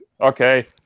okay